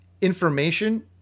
information